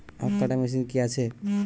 আখ কাটা মেশিন কি আছে?